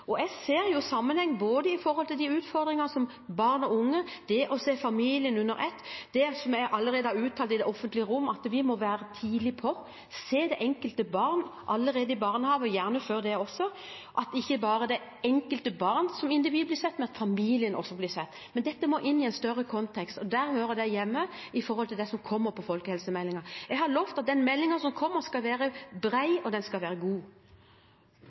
Jeg ser en sammenheng når det gjelder utfordringene opp mot barn og unge, og det å se familien under ett. Som jeg allerede har uttalt i det offentlige rom, må vi være tidlig på, se det enkelte barn allerede i barnehagen og gjerne før det også, slik at ikke bare det enkelte barn som individ blir sett, men familien også. Men dette må inn i en større kontekst, og det hører hjemme i det som kommer i folkehelsemeldingen. Jeg har lovet at den meldingen som kommer, skal være bred, og den skal være god.